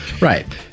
right